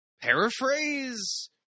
paraphrase